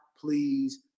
please